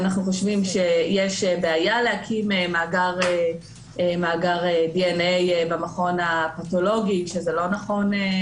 אני חושבים שיש בעיה להקים מאגר דנ"א במכון הפתולוגי ושזה לא נכון.